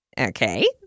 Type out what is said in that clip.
Okay